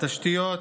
בתשתיות,